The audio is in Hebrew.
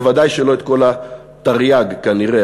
ודאי שלא את כל התרי"ג כנראה,